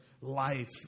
life